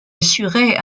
assurait